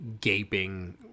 gaping